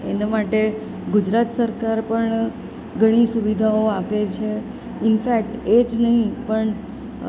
એના માટે ગુજરાત સરકાર પણ ઘણી સુવિધાઓ આપે છે ઇન્ફેકટ એ જ નહીં પણ